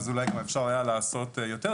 אז אולי גם אפשר היה לעשות יותר.